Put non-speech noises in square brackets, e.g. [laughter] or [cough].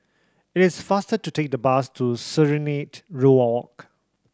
it's faster to take the bus to Serenade [unintelligible] Walk